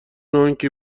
انکه